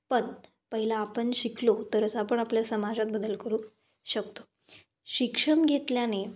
पण पहिलं आपण शिकलो तरच आपण आपल्या समाजात बदल करू शकतो शिक्षण घेतल्याने